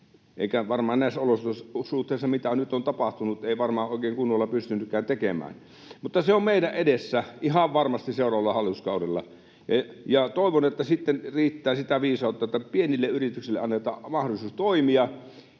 eikä varmaan näissä olosuhteissa, mitä on nyt tapahtunut, varmaan oikein kunnolla pystyttykään tekemään. Mutta se on meidän edessä ihan varmasti seuraavalla hallituskaudella. Toivon, että sitten riittää sitä viisautta, että pienille yrityksille annetaan mahdollisuus toimia,